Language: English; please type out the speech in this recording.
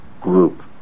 group